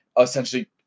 essentially